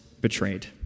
betrayed